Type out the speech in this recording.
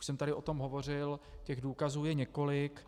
Už jsem tady o tom hovořil, těch důkazů je několik.